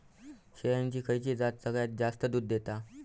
शेळ्यांची खयची जात सगळ्यात जास्त दूध देता?